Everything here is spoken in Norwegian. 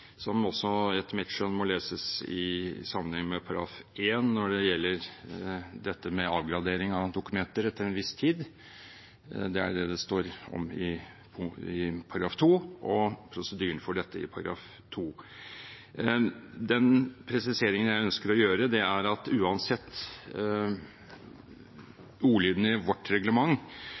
som også etter mitt skjønn må leses i sammenheng med § 1 når det gjelder dette med avgradering av dokumenter etter en viss tid. Det er prosedyren for dette det står om i § 2. Den presiseringen jeg ønsker å gjøre, er at uansett ordlyden i vårt reglement